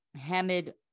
Hamid